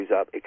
up